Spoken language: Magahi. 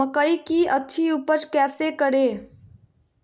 मकई की अच्छी उपज कैसे करे?